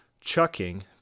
chucking